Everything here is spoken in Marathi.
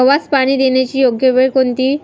गव्हास पाणी देण्याची योग्य वेळ कोणती?